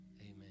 Amen